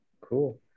Cool